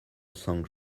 songs